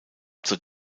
zur